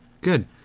Good